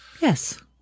Yes